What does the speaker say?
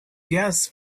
gas